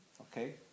Okay